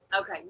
Okay